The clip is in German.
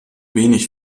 wenig